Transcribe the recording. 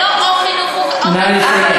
זה לא או חינוך או, נא לסיים.